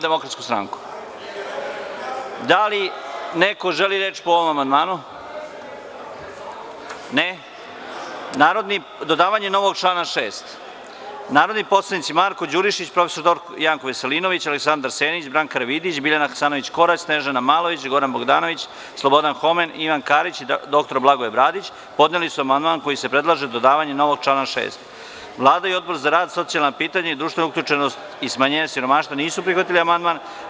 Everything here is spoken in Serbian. Da li neko želi reč po ovom amandmanu? (Ne) Narodni poslanici Marko Đurišić, prof. dr Janko Veselinović, Aleksandar Senić, Branka Karavidić, Biljana Hasanović Korać, Snežana Malović, Goran Bogdanović, Slobodan Homen, Ivan Karić i dr Blagoje Bradić podneli su amandman kojim se predlaže dodavanje novog člana 6. Vlada i Odbor za rad, socijalna pitanja, društvenu uključenost i smanjenje siromaštva nisu prihvatili amandman.